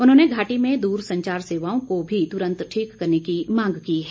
उन्होंने घाटी में दूरसंचार सेवाओं को भी तुरंत ठीक करने की मांग की है